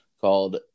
called